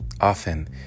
Often